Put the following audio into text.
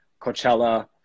Coachella